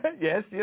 Yes